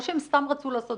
או שהם סתם רצו לעשות